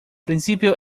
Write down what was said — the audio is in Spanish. principio